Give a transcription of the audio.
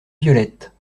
violette